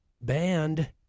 band